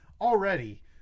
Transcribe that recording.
already